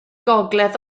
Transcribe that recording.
gogledd